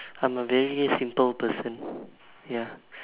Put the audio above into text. I am a very simple person ya